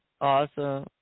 Awesome